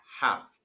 half